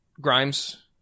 Grimes